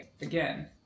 again